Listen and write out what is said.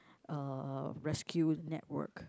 uh rescue network